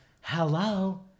hello